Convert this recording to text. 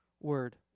word